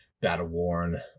battle-worn